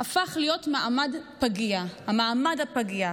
הפך להיות מעמד פגיע, המעמד הפגיע.